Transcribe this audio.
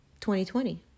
2020